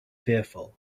fearful